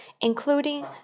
including